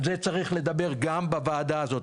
על זה צריך לדבר גם בוועדה הזאת,